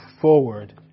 forward